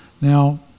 Now